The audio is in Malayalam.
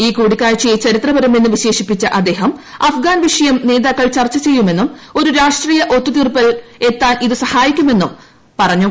ഈ കൂടിക്കാഴ്ചയെ ചരിത്രപരമെന്ന് വിശേഷിപ്പിച്ച അദ്ദേഹം അഫ്ഗാൻ വിഷയം നേതാക്കൾ ചർച്ച ചെയ്യുമെന്നും ഒരു രാഷ്ട്രീയ ഒത്തുത്തീർപ്പിൽ എത്താൻ ഇതുവഴി സാധിക്കുമെന്നും പറഞ്ഞു